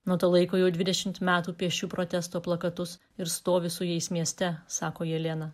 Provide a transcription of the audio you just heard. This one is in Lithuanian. nuo to laiko jau dvidešimt metų piešiu protesto plakatus ir stoviu su jais mieste sako jelena